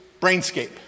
Brainscape